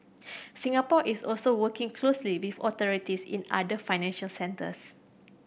Singapore is also working closely with authorities in other financial centres